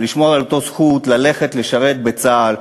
לשמור על אותה זכות ללכת לשרת בצה"ל,